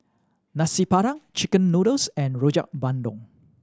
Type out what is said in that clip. Nasi Padang chicken noodles and Rojak Bandung